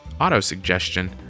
auto-suggestion